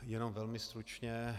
Jenom velmi stručně.